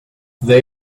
they